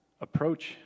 approach